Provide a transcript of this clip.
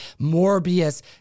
Morbius